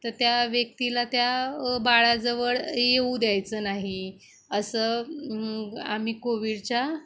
तर त्या व्यक्तीला त्या बाळाजवळ येऊ द्यायचं नाही असं आम्ही कोविडच्या